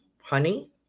Honey